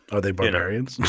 are they barbarians?